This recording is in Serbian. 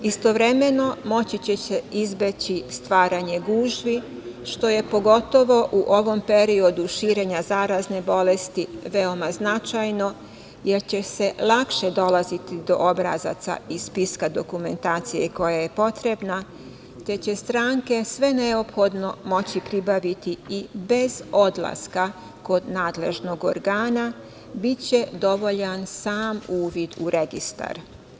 Istovremeno, moći će se izbeći stvaranje gužvi, što je pogotovo u ovom periodu širenja zarazne bolesti veoma značajno, jer će se lakše dolaziti do obrazaca i spiska dokumentacije koja je potrebna, te će stranke sve neophodno moći pribaviti i bez odlaska kod nadležnog organa, biće dovoljan sam uvid u registar.